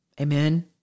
amen